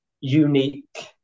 unique